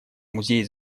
музей